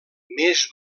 més